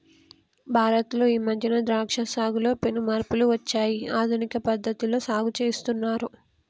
భారత్ లో ఈ మధ్యన ద్రాక్ష సాగులో పెను మార్పులు వచ్చాయి ఆధునిక పద్ధతిలో సాగు చేస్తున్నారు